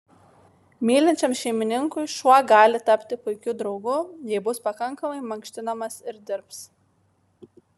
mylinčiam šeimininkui šuo gali tapti puikiu draugu jei bus pakankamai mankštinamas ir dirbs